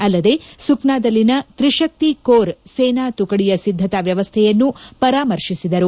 ಅಲ್ಲದೇ ಸುಕ್ನಾದಲ್ಲಿನ ತ್ರಿಶಕ್ತಿ ಕೋರ್ ಸೇನಾ ತುಕಡಿಯ ಸಿದ್ದತಾ ವ್ನವಸ್ಥೆಯನ್ನು ಪರಾಮರ್ಶಿಸಿದರು